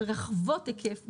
רחבות-היקף,